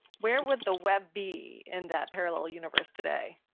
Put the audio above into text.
where would the web be in that parallel universe today?